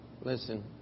Listen